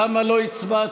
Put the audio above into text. למה לא הצבעתי?